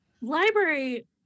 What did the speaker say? library